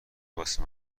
واسه